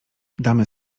damy